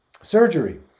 surgery